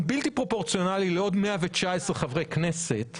בלתי פרופורציונאלי לעוד 119 חברי כנסת,